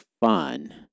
fun